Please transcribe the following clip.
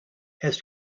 has